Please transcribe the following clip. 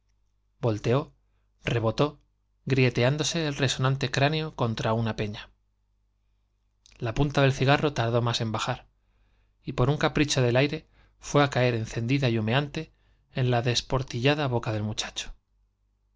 volteó rebotó grieteándose el resonante cráneo contra una peña la punta del cigarro tardó más en bajar y por un capricho del aire fué á caer encendida y humeante en la desportillada boca del muchacho